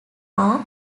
are